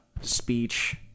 speech